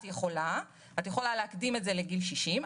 את יכולה להקדים את זה לגיל 60,